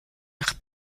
nach